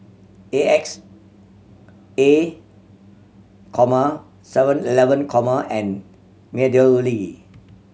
A X A comma Seven Eleven comma and MeadowLea